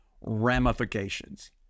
ramifications